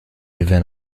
event